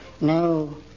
No